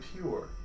pure